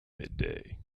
midday